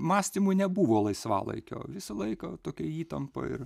mąstymui nebuvo laisvalaikio visą laiką tokia įtampa ir